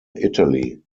italy